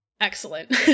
excellent